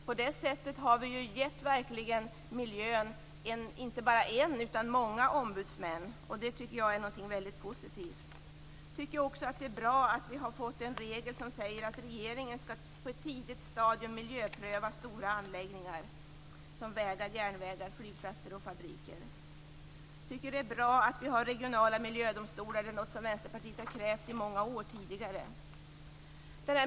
På det sättet ges miljön inte bara en utan många ombudsmän. Det är positivt. Det är bra att det nu finns en regel som säger att regeringen på ett tidigt stadium skall miljöpröva stora anläggningar som vägar, järnvägar, flygplatser och fabriker. Det är bra att det finns regionala miljödomstolar. Det är något som Vänsterpartiet har krävt i många år.